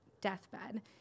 deathbed